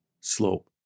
slope